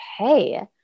okay